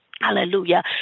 hallelujah